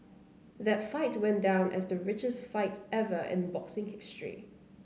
that fight went down as the richest fight ever in boxing history